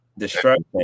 destruction